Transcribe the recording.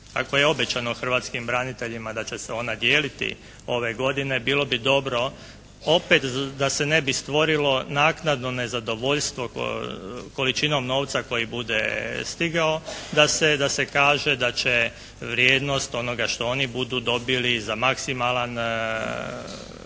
ako je obećano hrvatskim braniteljima da će se ona dijeliti ove godine bilo bi dobro opet da se ne bi stvorilo naknadno nezadovoljstvo količinom novca koji bude stigao, da se kaže da će vrijednost onoga što oni budu dobili za maksimalan